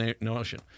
notion